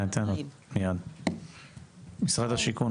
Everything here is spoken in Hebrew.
משרד השיכון,